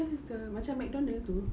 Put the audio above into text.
kiosk is the macam mcdonald's tu